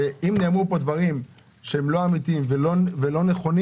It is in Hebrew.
אם נאמרו פה דברים שהם לא אמיתיים ולא נכונים,